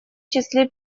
числе